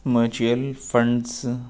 mutual funds